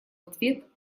ответ